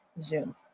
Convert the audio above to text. Zoom